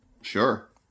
Sure